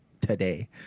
today